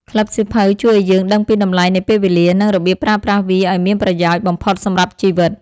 ក្លឹបសៀវភៅជួយឱ្យយើងដឹងពីតម្លៃនៃពេលវេលា និងរបៀបប្រើប្រាស់វាឱ្យមានប្រយោជន៍បំផុតសម្រាប់ជីវិត។